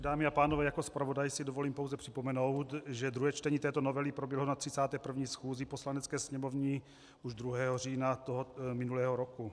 Dámy a pánové, jako zpravodaj si dovolím pouze připomenout, že druhé čtení této novely proběhlo na 31. schůzi Poslanecké sněmovny už 2. října minulého roku.